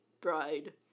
Bride